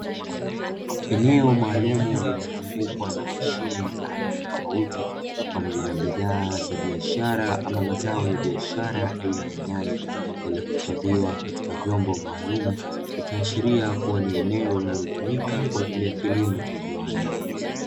Eneo maalumu lililozungukwa na mashine za aina tofautitofauti, pamoja na bidhaa za biashara ama mazao ya biashara aina ya nyanya, yaliyohifadhiwa katika vyombo maalumu. Ikiashiria kuwa ni eneo linalotumika kwa ajili kilimo cha viwanda.